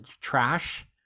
Trash